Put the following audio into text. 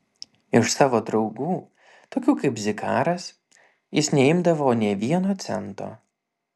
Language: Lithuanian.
iš savo draugų tokių kaip zikaras jis neimdavo nė vieno cento